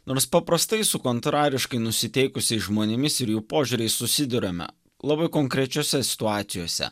nors paprastai su kontrariškai nusiteikusiais žmonėmis ir jų požiūriais susiduriame labai konkrečiose situacijose